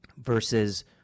versus